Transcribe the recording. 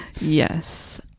yes